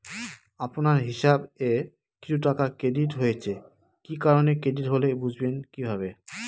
আপনার হিসাব এ কিছু টাকা ক্রেডিট হয়েছে কি কারণে ক্রেডিট হল বুঝবেন কিভাবে?